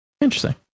Interesting